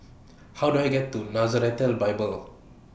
How Do I get to Nazareth Bible